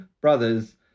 Brothers